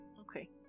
okay